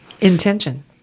intention